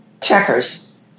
checkers